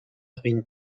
ruine